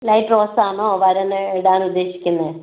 light rose ആണോ വരന് ഇടാൻ ഉദ്ദേശിക്കുന്നത്